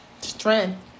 strength